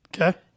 Okay